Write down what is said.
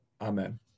Amen